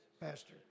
pastor